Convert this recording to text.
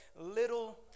Little